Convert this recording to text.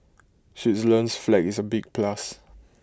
Switzerland's flag is A big plus